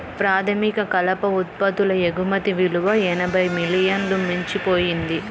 ప్రాథమిక కలప ఉత్పత్తుల ఎగుమతి విలువ ఎనభై మిలియన్లను మించిపోయింది